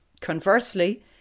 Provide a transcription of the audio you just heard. Conversely